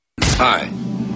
Hi